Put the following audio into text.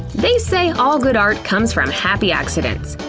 they say all good art comes from happy accidents!